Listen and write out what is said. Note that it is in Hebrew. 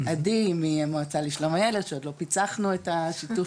עדי מהמועצה לשלום הילד שעוד לא פיצחנו את השיתוף